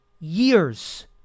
years